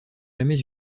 jamais